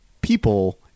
people